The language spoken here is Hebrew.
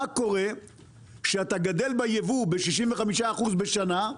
מה קורה שאתה גדל ביבוא ב-65% בשנה,